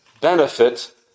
benefit